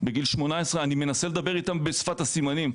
בגיל 18. אני מנסה לדבר איתם בשפת הסימנים.